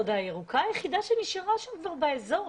עוד הירוקה היחידה שנשארה שם באזור.